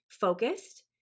focused